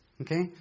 Okay